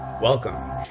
welcome